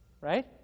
right